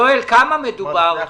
יואל, בערך בכמה אנשים מדובר?